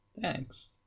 Thanks